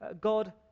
God